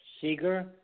Seeger